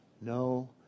No